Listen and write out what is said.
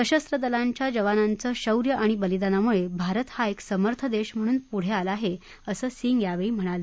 सशस्त्र दलांच्या जवानांचं शौर्य आणि बलिदानामुळे भारत हा एक समर्थ देश म्हणून पुढं आला आहे असं सिंग यावेळी म्हणाले